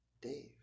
dave